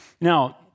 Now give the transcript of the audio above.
Now